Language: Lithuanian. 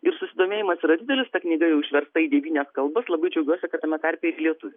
ir susidomėjimas yra didelis ta knyga jau išversta į devynias kalbas labai džiaugiuosi kad tame tarpe ir lietuvių